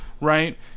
Right